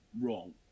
wrong